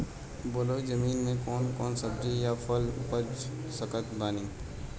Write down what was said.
बलुई जमीन मे कौन कौन सब्जी या फल उपजा सकत बानी?